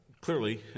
clearly